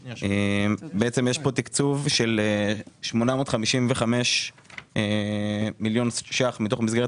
יש פה תקצוב של 855 מיליון ש"ח מתוך מסגרת